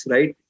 Right